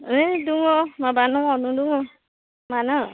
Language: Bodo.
ओइ दङ माबा न'आवनो दङ मानो